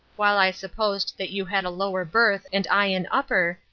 while i supposed that you had a lower birth and i an upper,